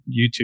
YouTube